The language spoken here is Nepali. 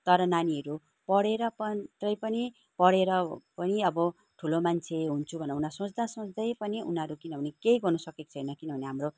तर नानीहरू पढेर मात्रै पनि पढेर पनि अब ठुलो मान्छे हुन्छु भनेर उनीहरू सोच्दा सोच्दै पनि उनीहरू किनभने केही गर्नु सकेको छैन किनभने हाम्रो